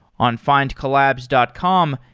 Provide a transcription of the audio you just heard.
on findcollabs dot com,